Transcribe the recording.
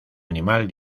animal